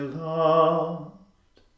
loved